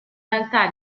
realtà